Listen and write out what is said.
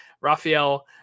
Rafael